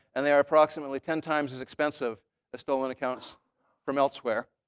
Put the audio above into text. and they are approximately ten times as expensive as stolen accounts from elsewhere.